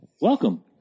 Welcome